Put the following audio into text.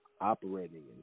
Operating